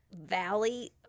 valley